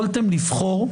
יכולתם לבחור,